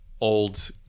Old